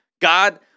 God